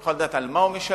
יוכל לדעת על מה הוא משלם,